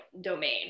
domain